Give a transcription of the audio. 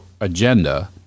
agenda